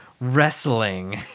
wrestling